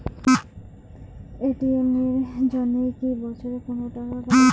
ATM এর জন্যে কি বছরে কোনো টাকা কাটে?